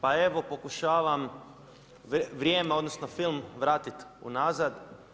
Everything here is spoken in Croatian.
Pa evo, pokušavam vrijeme odnosno film vratiti unazad.